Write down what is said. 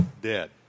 dead